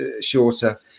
shorter